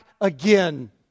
again